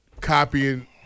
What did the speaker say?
copying